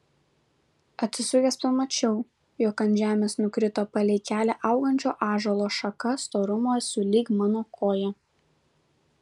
atsisukęs pamačiau jog ant žemės nukrito palei kelią augančio ąžuolo šaka storumo sulig mano koja